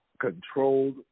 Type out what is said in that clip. controlled